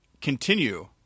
continue